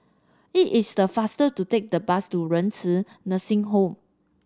it is faster to take the bus to Renci Nursing Home